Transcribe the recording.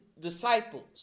disciples